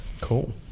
Cool